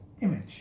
image